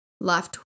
left